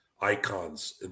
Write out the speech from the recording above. icons